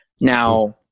Now